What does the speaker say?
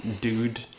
dude